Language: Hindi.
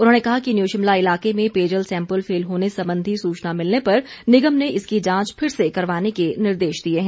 उन्होंने कहा कि न्यू शिमला इलाके में पेयजल सैम्पल फेल होने संबंधी सूचना मिलने पर निगम ने इसकी जांच फिर से करवाने के निर्देश दिए है